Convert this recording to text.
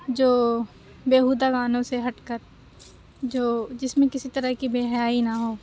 جو بیہودہ گانوں سے ہٹ کر جو جس میں کسی طرح کی بے حیائی نہ ہو